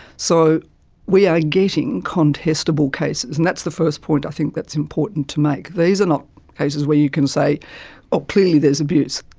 so we are getting contestable cases, and that's the first point i think that's important to make. these are not cases where you can say ah clearly there is abuse,